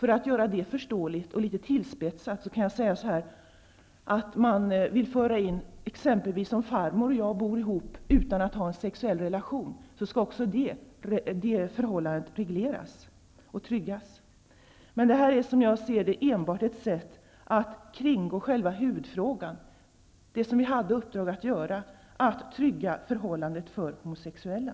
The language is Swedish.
För att göra detta förståeligt kan jag litet tillspetsat säga, att om exempelvis farmor och jag bor ihop utan att ha en sexuell relation, skall också det förhållandet regleras och tryggas. Det här är som jag ser det enbart ett sätt att kringgå själva huvudfrågan, det som vi hade uppdrag att utreda, nämligen att trygga förhållandena för de homosexuella.